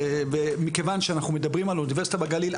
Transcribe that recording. מכיוון שאנחנו מדברים על אוניברסיטה בגליל,